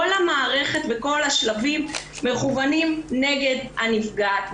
כל המערכת וכל השלבים מכוונים נגד הנפגעת.